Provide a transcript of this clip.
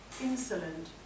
insolent